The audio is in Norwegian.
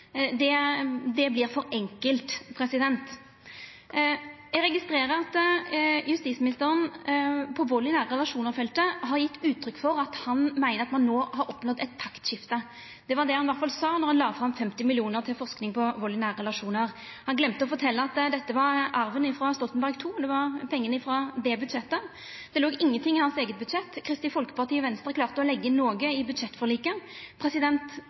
det vert for enkelt. Eg registrerer at justisministeren på feltet vald i nære relasjonar har gjeve uttrykk for at han meiner at ein no har oppnådd eit taktskifte. Det var iallfall det han sa då han la fram 50 mill. kr til forsking på vald i nære relasjonar. Han gløymde å fortelja at dette var arven frå Stoltenberg II, det var pengane frå det budsjettet. Det låg ingenting i hans eige budsjett. Kristeleg Folkeparti og Venstre klarte å leggja inn noko i budsjettforliket.